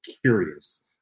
curious